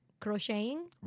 crocheting